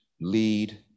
lead